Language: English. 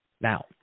Now